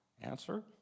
Answer